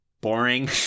boring